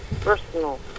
personal